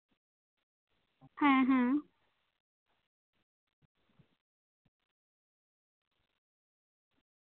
ᱦᱮᱸ ᱦᱮᱸ